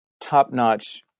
top-notch